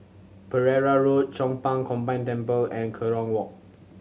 Pereira Road Chong Pang Combined Temple and Kerong Walk